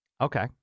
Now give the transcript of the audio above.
Okay